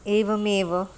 एवमेव